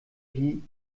die